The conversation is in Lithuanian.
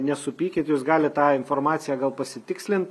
nesupykit jus galit tą informaciją gal pasitikslint